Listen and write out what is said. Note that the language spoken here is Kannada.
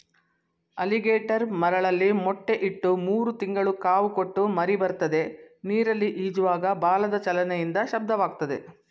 ಅಲಿಗೇಟರ್ ಮರಳಲ್ಲಿ ಮೊಟ್ಟೆ ಇಟ್ಟು ಮೂರು ತಿಂಗಳು ಕಾವು ಕೊಟ್ಟು ಮರಿಬರ್ತದೆ ನೀರಲ್ಲಿ ಈಜುವಾಗ ಬಾಲದ ಚಲನೆಯಿಂದ ಶಬ್ದವಾಗ್ತದೆ